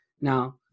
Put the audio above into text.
Now